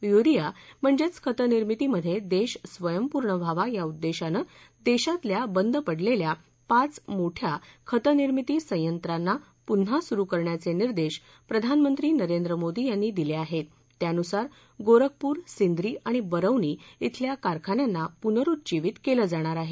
urea म्हणजेच खतनिर्मितीमध्ये देश स्वयंपूर्ण व्हावा या उद्देशानं देशातल्या बंद पडलेल्या पाच मोठ्या खतनिर्मिती संयत्रांना पुन्हा सुरु करण्याचे निर्देश प्रधानमंत्री नरेंद्र मोदी यांनी दिले आहेत त्यानुसार गोरखपूर सिंद्री आणि बरौनी िबल्या कारखान्यांना पुनरुज्जीवित केलं जाणार आहे